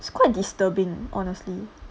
it's quite disturbing honestly